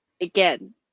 Again